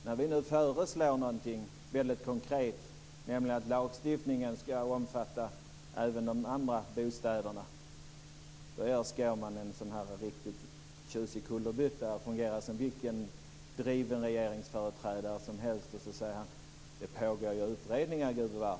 När vi nu föreslår någonting väldigt konkret, nämligen att lagstiftningen ska omfatta även de andra bostäderna, då gör Skårman en riktigt tjusig kullerbytta och fungerar som vilken driven regeringsföreträdare som helst och säger: Det pågår ju utredningar, gubevars.